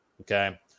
okay